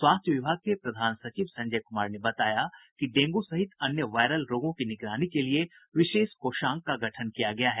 स्वास्थ्य विभाग के प्रधान सचिव संजय कुमार ने बताया कि डेंगू सहित अन्य वायरल रोगों की निगरानी के लिए विशेष कोषांग का गठन किया गया है